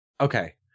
Okay